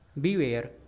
Beware